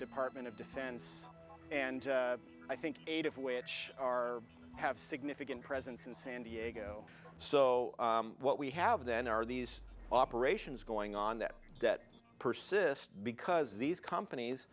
department of defense and i think eight of which are have significant presence in san diego so what we have then are these operations going on that debt persist because these companies